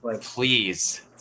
please